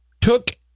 took